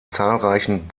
zahlreichen